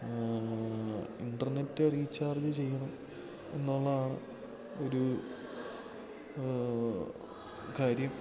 internet recharge ചെയ്യണം എന്നുള്ളതാണ് ഒരു കാര്യം